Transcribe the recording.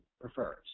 prefers